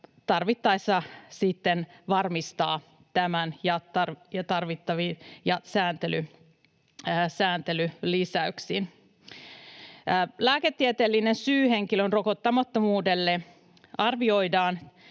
tarvittaessa sitten varmistaa tämän sääntelylisäyksin. Lääketieteellinen syy henkilön rokottamattomuudelle arvioidaan